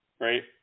Right